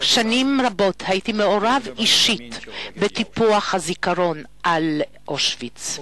שנים רבות הייתי מעורב אישית בטיפוח הזיכרון של אושוויץ.